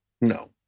No